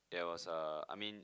there was a I mean